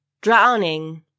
Drowning